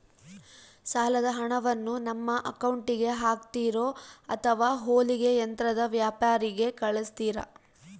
ಸಾಲದ ಹಣವನ್ನು ನಮ್ಮ ಅಕೌಂಟಿಗೆ ಹಾಕ್ತಿರೋ ಅಥವಾ ಹೊಲಿಗೆ ಯಂತ್ರದ ವ್ಯಾಪಾರಿಗೆ ಕಳಿಸ್ತಿರಾ?